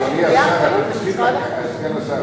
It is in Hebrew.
סגן השר,